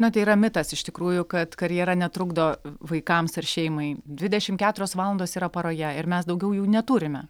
na tai yra mitas iš tikrųjų kad karjera netrukdo v vaikams ar šeimai dvidešim keturios valandos yra paroje ir mes daugiau jų neturime